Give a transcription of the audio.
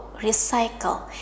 recycle